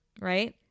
right